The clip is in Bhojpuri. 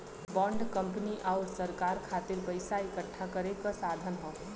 बांड कंपनी आउर सरकार खातिर पइसा इकठ्ठा करे क साधन हौ